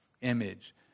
image